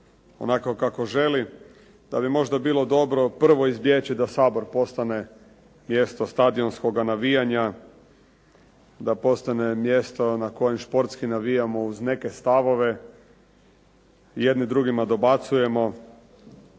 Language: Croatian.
onako kako želi da bi možda bilo dobro prvo izbjeći da Sabor postane mjesto stadionskoga navijanja, da postane mjesto na kojem športski navijamo uz neke stavove, jedni drugima dobacujemo.